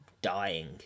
dying